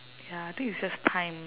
ya I think it's just time